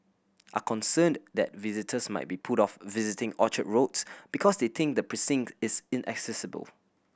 are concerned that visitors might be put off visiting Orchard Roads because they think the precinct is inaccessible